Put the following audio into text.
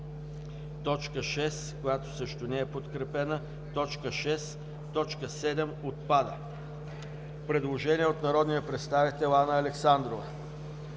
Точка 6, която също не е подкрепена: „6. т. 7 – отпада.“ Предложение от народния представител Анна Александрова.